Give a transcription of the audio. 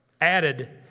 added